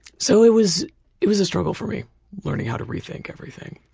so it was it was a struggle for me learning how to re-think everything.